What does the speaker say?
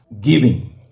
Giving